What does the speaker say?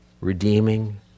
redeeming